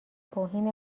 توهین